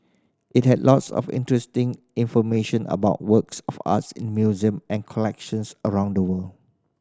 it had lots of interesting information about works of art in museum and collections around the world